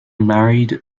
married